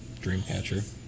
Dreamcatcher